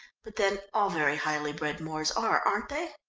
but then all very highly-bred moors are, aren't they?